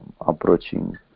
approaching